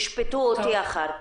ישפטו אותי אחר כך.